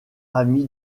ami